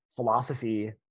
philosophy